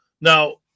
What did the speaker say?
Now